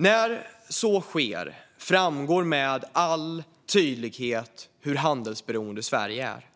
När så sker framgår med all tydlighet hur handelsberoende Sverige är.